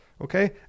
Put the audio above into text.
Okay